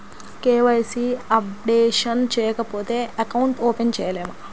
KYC updation చేయకపోతే account open చేయలేమా?